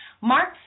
Mark